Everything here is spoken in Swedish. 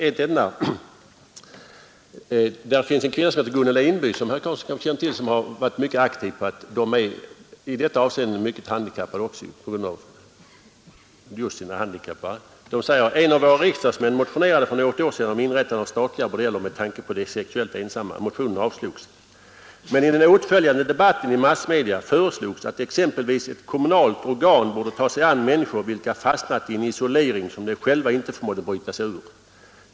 En kvinna som heter Gunnel Enby, som herr Karlsson kanske känner till, har skrivit om de handikappades svårigheter även på det sexuella området. I den här artikeln heter det: ”En av våra riksdagsmän motionerade fö inrättande av statliga bordeller, med tanke på de sexuellt ensamma. Motionen avslogs. Men i den åtföljande debatten i massmedia föreslogs att exempelvis ett kommunalt organ borde ta sig an människor, vilka fastnat i en isolering, som de själva inte förmådde bryta sig ur.